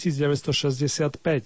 1965